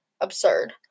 absurd